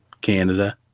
Canada